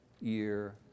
year